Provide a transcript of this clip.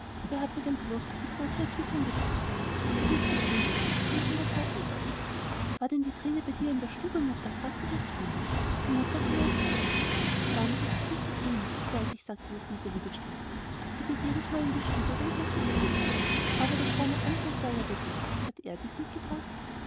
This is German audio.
wer hat mir denn diese große erquickung gebracht gewiß die trine es kommt von der frau oberst war denn die trine bei dir in der stube mutter fragte das kind die mutter verneinte dies dann ist es nicht die trine das weiß ich sagte das wiseli bestimmt sie geht jedesmal in die stube wenn sie etwas bringt aber der schreiner andres war ja bei dir hat er dies nicht mitgebracht